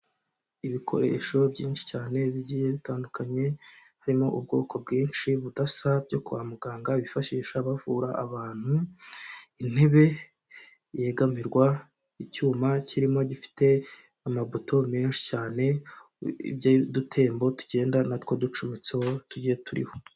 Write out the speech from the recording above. Ibikoresho byinshi cyane bigiye bitandukanye, harimo ubwoko bwinshi budasa byo kwa muganga bifashisha bavura abantu, intebe yegamirwa, icyuma kirimo gifite amabuto menshi cyane, iby'udutembo tugenda natwo ducumetseho tugiye turiho.